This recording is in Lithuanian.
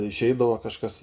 išeidavo kažkas